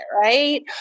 right